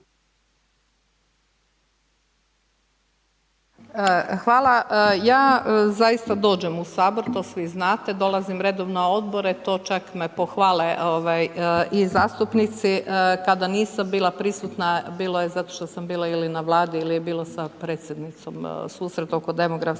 Hvala. Ja zaista dođem u Sabor, to svi znate, dolazim redovno na odbore, to čak me pohvale i zastupnici, kada nisam bila prisutna bilo je zato što sam bila ili na Vladi ili je bilo sa Predsjednicom susret oko demografskih